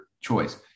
choice